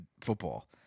football